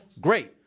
great